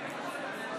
אם כן, להלן